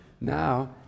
now